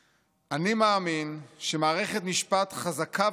"אני מאמין שמערכת משפט חזקה ועצמאית